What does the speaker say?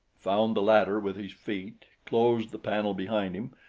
found the ladder with his feet, closed the panel behind him,